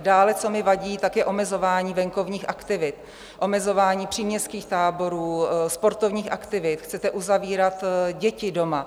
Dále, co mi vadí, tak je omezování venkovních aktivit, omezování příměstských táborů, sportovních aktivit, chcete uzavírat děti doma.